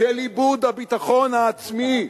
של איבוד הביטחון העצמי,